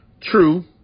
True